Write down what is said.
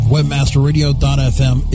WebmasterRadio.fm